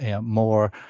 more